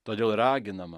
todėl raginama